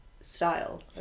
style